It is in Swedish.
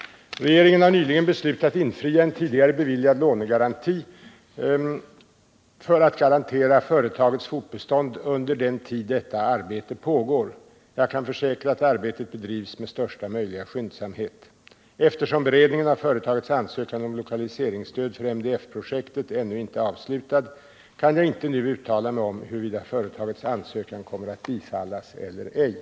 Regeringen har nyligen beslutat infria en tidigare beviljad lånegaranti för att garantera företagets fortbestånd under den tid detta arbete pågår. Jag kan försäkra att arbetet bedrivs med största möjliga skyndsamhet. Eftersom beredningen av företagets ansökan om lokaliseringsstöd för MDF-projektet ännu inte är avslutad kan jag inte nu uttala mig om huruvida företagets ansökan kommer att bifallas eller inte.